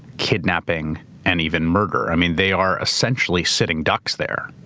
kidnapping and even murder. i mean, they are essentially sitting ducks there,